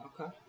Okay